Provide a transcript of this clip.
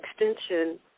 extension